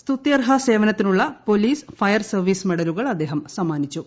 സ്തുത്യർഹ സേവനത്തിനുള്ള police fire service മെഡലുകൾ അദ്ദേഹം സമ്മാനിച്ചു